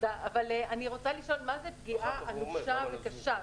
רוצה לשאול מה זאת פגיעה אנושה וקשה.